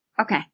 Okay